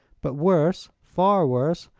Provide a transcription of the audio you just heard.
but worse, far worse,